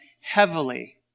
heavily